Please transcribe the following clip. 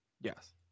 Yes